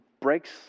breaks